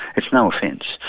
it's no offence.